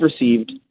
received